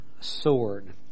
sword